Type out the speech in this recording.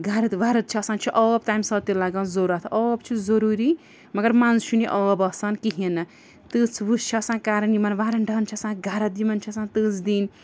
گَرٕد وَرٕد چھِ آسان چھُ آب تَمہِ ساتہٕ تہِ لَگان ضوٚرَتھ آب چھُ ضٔروٗری مگر منٛزٕ چھُنہٕ یہِ آب آسان کِہیٖنۍ نہٕ تٕژھ وٕژھ چھِ آسان کَرٕنۍ یِمَن وَرَنٛڈاہَن چھِ آسان گَرٕد یِمَن چھِ آسان تٕژھ دِنۍ